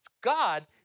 God